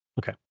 Okay